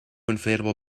inflatable